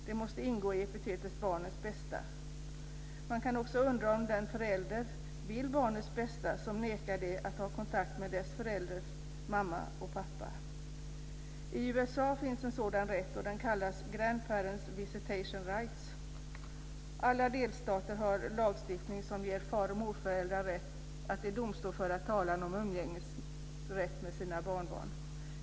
Det måste ingå i epitetet "barnens bästa". Man kan undra om den förälder vill barnets bästa som nekar det att ha kontakt med dess förälders mamma och pappa. I USA finns en sådan rätt, och den kallas grandparent visitation rights. Alla delstater har lagstiftning som ger far och morföräldrar rätt att i domstol föra talan om umgängesrätt med sina barnbarn.